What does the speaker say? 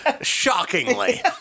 shockingly